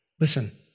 Listen